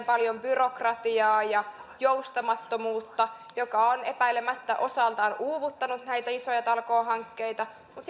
paljon byrokratiaa ja joustamattomuutta mikä on epäilemättä osaltaan uuvuttanut näitä isoja talkoohankkeita mutta